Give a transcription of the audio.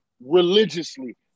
religiously